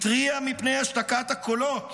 התריע מפני השתקת הקולות